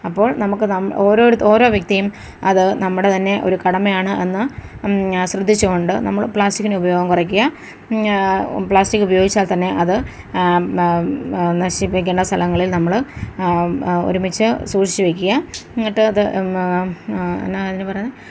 അപ്പോൾ നമുക്ക് നം ഓരോടുത്ത് ഓരോ വ്യക്തിയും അത് നമ്മുടെ തന്നെ ഒരു കടമയാണ് എന്ന് ശ്രദ്ധിച്ചുകൊണ്ട് നമ്മള് പ്ലാസ്റ്റിക്കിന്റെ ഉപയോഗം കുയ്ക്കുക പ്ലാസ്റ്റിക്ക് ഉപയോഗിച്ചാൽ തന്നെ അത് നശിപ്പിക്കുന്ന സ്ഥലങ്ങളിൽ നമ്മള് ഒരുമിച്ച് സൂക്ഷിച്ചു വയ്ക്കുക എന്നിട്ടത് എന്നാ അതിന് പറയുന്നത്